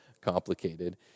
complicated